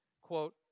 Quote